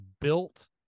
built